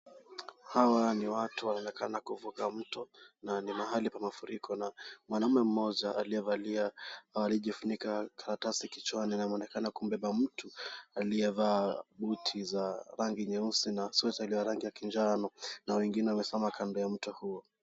Hawa ni watu wanaonekana kuvuka mto na ni mahali pa mafuriko na mwanaume mmoja aliyevalia au aliyejifunika karatasi kichwani anaonekana kubeba mtu aliyevaa buti za rangi nyeusi za suti za rangi ya kinjano na wengine wamesimama kando ya mto.